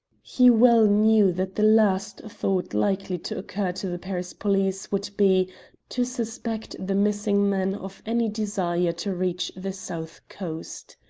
he well knew that the last thought likely to occur to the paris police would be to suspect the missing men of any desire to reach the south coast.